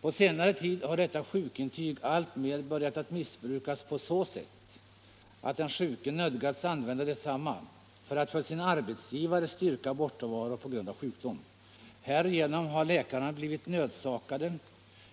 På senare tid har detta sjukintyg alltmer börjat att missbrukas på så sätt att den sjuke nödgats använda detsamma för att för sin arbetsgivare styrka bortovaro på grund av sjukdom. Härigenom har läkaren blivit nödsakad